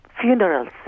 funerals